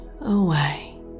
away